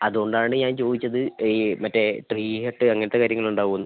അതുകൊണ്ടാണ് ഞാൻ ചോദിച്ചത് ഈ മറ്റേ ട്രീ ഹട്ട് അങ്ങനത്തെ കാര്യങ്ങൾ ഉണ്ടാവുമോ എന്ന്